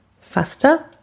Faster